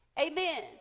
Amen